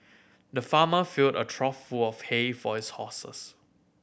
the farmer filled a trough full of hay for his horses